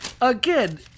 again